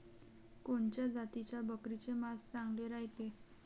कोनच्या जातीच्या बकरीचे मांस चांगले रायते?